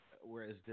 whereas